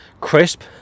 crisp